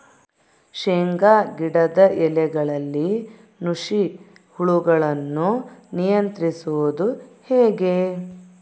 ಶೇಂಗಾ ಗಿಡದ ಎಲೆಗಳಲ್ಲಿ ನುಷಿ ಹುಳುಗಳನ್ನು ನಿಯಂತ್ರಿಸುವುದು ಹೇಗೆ?